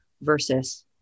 versus